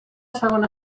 segona